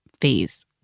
phase